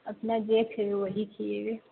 अपने जे छै वही छियै